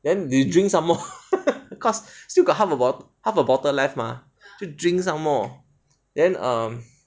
then we drink some more cause still got have a bot~ half a bottle left mah so drink some more then um